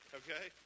okay